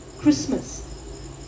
Christmas